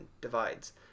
divides